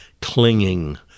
clinging